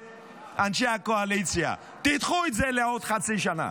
ואנשי הקואליציה: תדחו את זה לעוד חצי שנה.